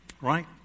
Right